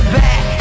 back